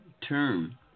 term